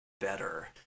better